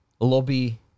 Lobby